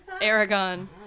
Aragon